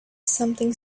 something